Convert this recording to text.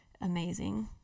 Amazing